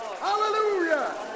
Hallelujah